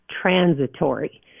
transitory